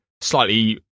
slightly